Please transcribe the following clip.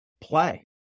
play